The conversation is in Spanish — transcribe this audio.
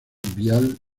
vial